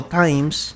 times